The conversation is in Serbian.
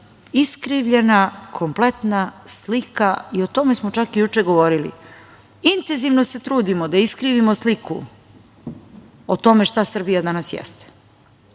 iskrivljena kompletna slika, i o tome smo čak juče govorili. Intenzivno se trudimo da iskrivimo sliku o tome šta Srbija danas jeste,